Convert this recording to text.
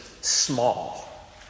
small